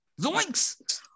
Zoinks